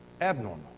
abnormal